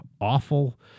awful